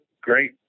great